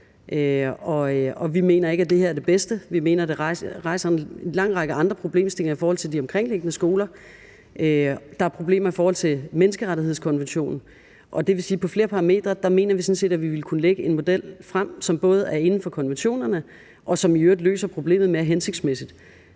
vi mener ikke, at det her er det bedste. Vi mener, det rejser en lang række andre problemstillinger i forhold til de omkringliggende skoler, og at der er problemer i forhold til menneskerettighedskonventionen. Det vil sige, at på flere parametre mener vi sådan set, at vi ville kunne lægge en model frem, som både er inden for konventionerne, og som i øvrigt løser problemet mere hensigtsmæssigt.